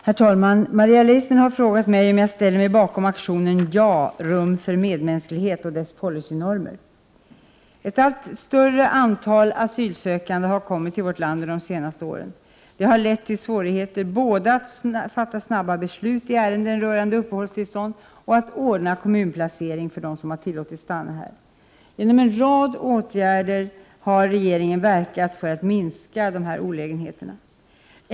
Herr talman! Maria Leissner har frågat mig om jag ställer mig bakom aktionen ”Ja — rum för medmänsklighet” och dess policynormer. Ett allt större antal asylsökande har kommit till vårt land under de senaste åren. Detta har lett till svårighet både att fatta snabba beslut i ärenden rörande uppehållstillstånd och att ordna kommunplacering för dem som tillåtits stanna här. Genom en rad åtgärder har regeringen verkat för att minska dessa olägenheter.